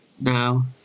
Now